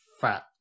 fat